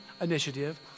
initiative